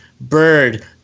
bird